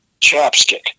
chapstick